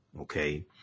okay